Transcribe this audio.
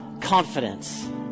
confidence